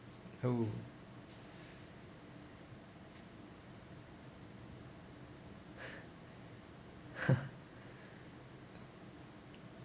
oh